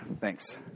Thanks